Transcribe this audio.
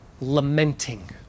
lamenting